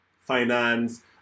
finance